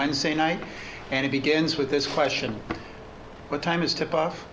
wednesday night and it begins with this question what time is t